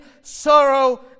sorrow